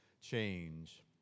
change